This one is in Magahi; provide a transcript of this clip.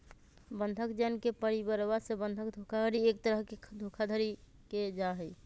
बंधक जन के परिवरवा से बंधक धोखाधडी एक तरह के धोखाधडी के जाहई